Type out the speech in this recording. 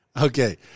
Okay